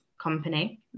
company